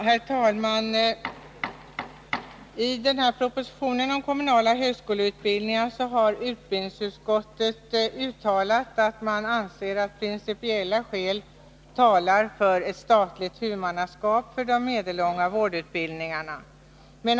Herr talman! I sitt betänkande med anledning av propositionen om kommunal högskoleutbildning säger utbildningsutskottet att principiella skäl talar för ett statligt huvudmannaskap för de medellånga vårdutbildningarna.